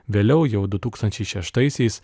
vėliau jau du tūkstančiai šeštaisiais